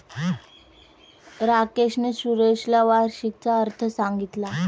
राकेशने सुरेशला वार्षिकीचा अर्थ सांगितला